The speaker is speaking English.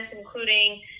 including